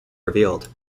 revealed